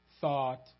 thought